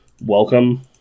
welcome